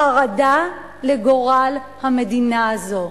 חרדה לגורל המדינה הזאת.